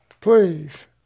Please